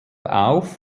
auf